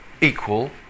equal